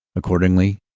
accordingly,